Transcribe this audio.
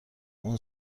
اون